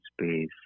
space